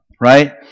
right